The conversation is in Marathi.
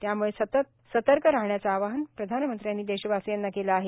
त्यामूळं सतर्क राहण्याचे आवाहन प्रधानमंत्र्यांनी देशवासियांना केले आहे